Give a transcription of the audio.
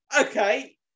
Okay